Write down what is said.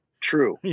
true